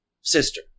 sister